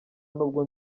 n’ubwo